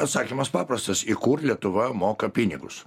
atsakymas paprastas į kur lietuva moka pinigus